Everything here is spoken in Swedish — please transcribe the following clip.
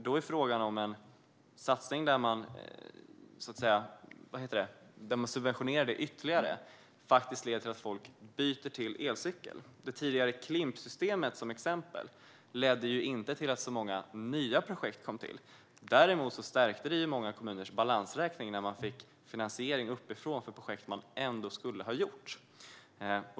Då är frågan om en satsning där man subventionerar det ytterligare faktiskt leder till att folk byter till elcykel. Det tidigare Klimpsystemet ledde till exempel inte till att så många nya projekt kom till. Däremot stärkte det många kommuners balansräkning när de fick finansiering uppifrån för projekt de ändå skulle ha gjort.